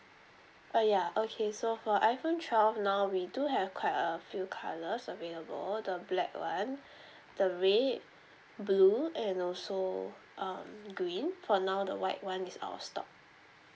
oh ya okay so for iphone twelve now we do have quite a few colours available the black [one] the red blue and also um green for now the white [one] is out of stock